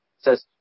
says